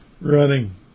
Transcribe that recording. running